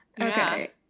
Okay